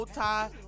tie